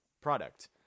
product